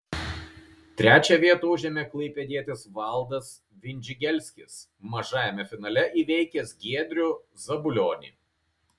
trečią vietą užėmė klaipėdietis valdas vindžigelskis mažajame finale įveikęs giedrių zabulionį